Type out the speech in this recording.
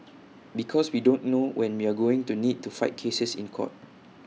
because we don't know when we're going to need to fight cases in court